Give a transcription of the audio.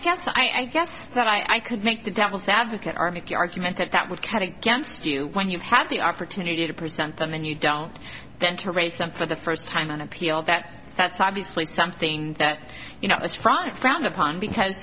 guess so i guess that i could make the devil's advocate are make your argument that that would cut against you when you've had the opportunity to present them and you don't then to raise some for the first time on appeal that that's obviously something that you know is front frowned upon because